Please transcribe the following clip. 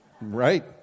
Right